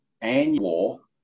annual